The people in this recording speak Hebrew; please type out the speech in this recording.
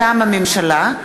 מטעם הממשלה: